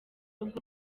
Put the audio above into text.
rugo